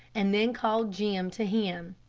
and then called jim to him.